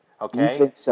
Okay